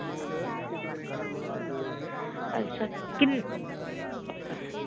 अच्छा किन्ने